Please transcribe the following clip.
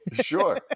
Sure